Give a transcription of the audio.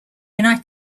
united